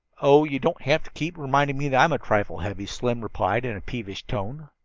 oh, you don't have to keep reminding me that i'm a trifle heavy, slim replied in a peevish tone.